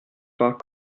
zwar